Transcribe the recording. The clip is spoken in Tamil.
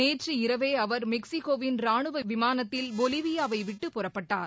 நேற்று இரவே அவர் மெக்சிகோவின் ராணுவ விமானத்தில் பொலிவியாவை விட்டு புறப்பட்டார்